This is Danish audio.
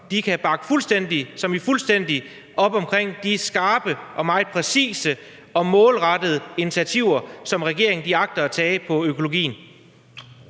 – som i fuldstændig – op om de skarpe og meget præcise og målrettede initiativer, som regeringen agter at tage på økologiområdet.